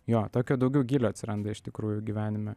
jo tokio daugiau gylio atsiranda iš tikrųjų gyvenime